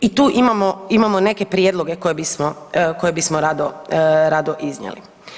I tu imamo neke prijedloge koje bismo rado iznijeli.